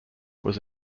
was